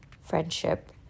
friendship